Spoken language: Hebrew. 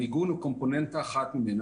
המיגון הוא קומפוננטה אחת מזה.